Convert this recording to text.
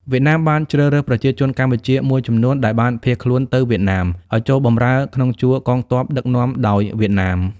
វៀតណាមបានជ្រើសរើសប្រជាជនកម្ពុជាមួយចំនួនដែលបានភៀសខ្លួនទៅវៀតណាមឱ្យចូលបម្រើក្នុងជួរកងទ័ពដឹកនាំដោយវៀតណាម។